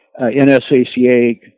NSACA